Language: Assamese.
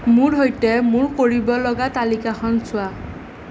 মোৰ সৈতে মোৰ কৰিবলগা তালিকাখন চোৱা